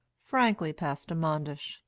frankly, pastor manders,